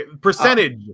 Percentage